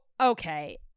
okay